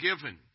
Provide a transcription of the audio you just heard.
given